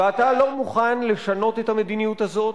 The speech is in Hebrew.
ואתה לא מוכן לשנות את המדיניות הזאת,